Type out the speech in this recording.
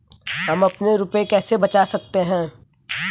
हम अपने रुपये कैसे बचा सकते हैं?